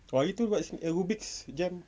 hari tu dekat rubik's jam